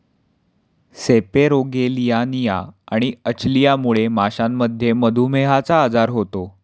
सेपेरोगेलियानिया आणि अचलियामुळे माशांमध्ये मधुमेहचा आजार होतो